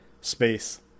space